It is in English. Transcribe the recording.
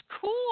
cool